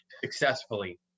successfully